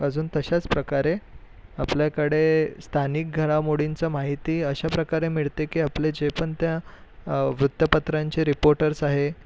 अजून तशाच प्रकारे आपल्याकडे स्थानिक घडामोडींचं माहिती अशा प्रकारे मिळते की आपले जे पण त्या वृत्तपत्रांचे रिपोर्टर्स आहे